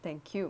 thank you